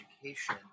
education